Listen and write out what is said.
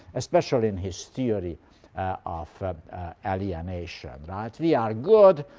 especially in his theory of alienation. right? we are good,